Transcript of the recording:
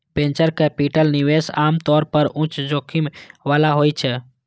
venture capital निवेश आम तौर पर उच्च जोखिम बला होइ छै